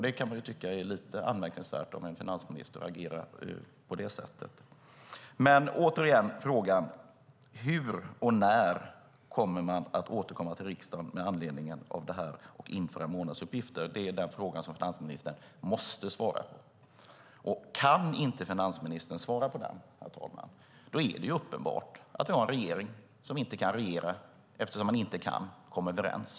Det kan man tycka är lite anmärkningsvärt om en finansminister agerar på det sättet. Återigen vill jag fråga: Hur och när avser man att återkomma till riksdagen med anledning av detta med att införa månadsuppgifter? Det är den fråga som finansministern måste svara på. Kan inte finansministern svara på den är det uppenbart att vi har en regering som inte kan regera eftersom man inte kan komma överens.